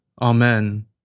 Amen